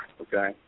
okay